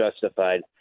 justified